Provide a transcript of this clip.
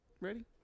ready